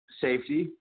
safety